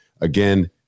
Again